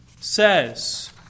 says